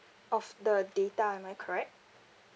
of the data am I correct